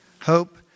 Hope